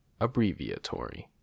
Abbreviatory